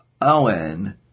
Owen